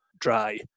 dry